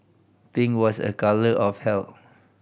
pink was a colour of health